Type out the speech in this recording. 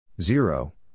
zero